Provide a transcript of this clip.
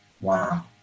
Wow